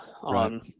on